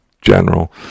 general